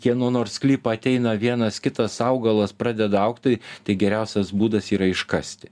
kieno nors sklypą ateina vienas kitas augalas pradeda augt tai tai geriausias būdas yra iškasti